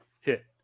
hit